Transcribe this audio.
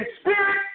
spirit